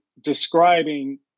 describing